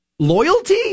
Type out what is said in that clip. Loyalty